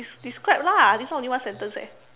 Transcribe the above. des~ describe lah this one only one sentence eh